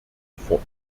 fort